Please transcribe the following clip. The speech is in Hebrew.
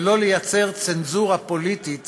ולא לייצר צנזורה פוליטית